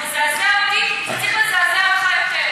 זה מזעזע אותי וצריך לזעזע אותך יותר.